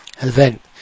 event